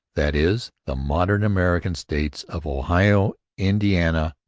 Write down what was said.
that is, the modern american states of ohio, indiana,